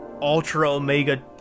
ultra-omega